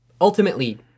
ultimately